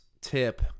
tip